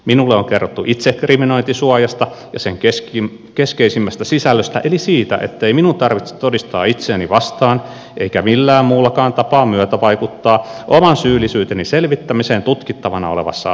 minulle on kerrottu itsekriminointisuojasta ja sen keskeisimmästä sisällöstä eli siitä ettei minun tarvitse todistaa itseäni vastaan eikä millään muullakaan tapaa myötävaikuttaa oman syyllisyyteni selvittämiseen tutkittavana olevassa asiassa